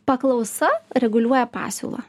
paklausa reguliuoja pasiūlą